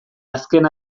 azken